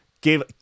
Give